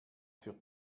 für